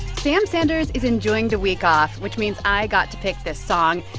sam sanders is enjoying the week off, which means i got to pick this song.